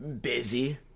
busy